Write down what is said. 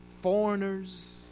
foreigners